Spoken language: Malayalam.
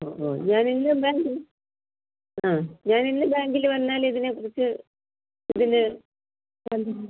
ആ ആ ഞാനിന്ന് ബാങ്ക് ആ ഞാനിന്ന് ബാങ്കിൽ വന്നാലിതിനെ കുറിച്ച് ഇതിന് പറഞ്ഞ്